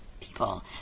people